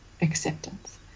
acceptance